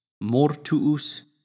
Mortuus